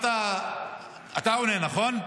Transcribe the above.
אתה עונה, נכון?